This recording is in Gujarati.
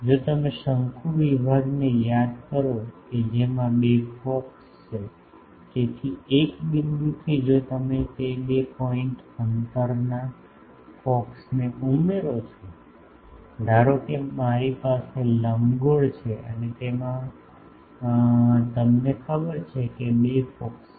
જો તમે શંકુ વિભાગોને યાદ કરો કે જેમાં બે ફોકસ છે તેથી એક બિંદુથી જો તમે તે બે પોઇન્ટ અંતરના ફોકસ ને ઉમેરો છો ધારો કે મારી પાસે લંબગોળ છે અને તેમાં તમને ખબર છે બે ફોકસ છે